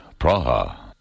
Praha